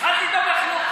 התחלת לדאוג לחינוך החרדי?